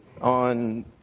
on